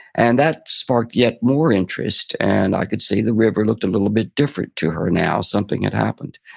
and that sparked yet more interest, and i could see the river looked a little bit different to her now, something had happened.